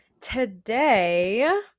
today